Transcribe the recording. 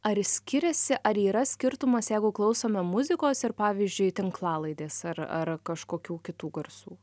ar skiriasi ar yra skirtumas jeigu klausome muzikos ir pavyzdžiui tinklalaidės ar ar kažkokių kitų garsų